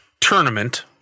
tournament